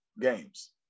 games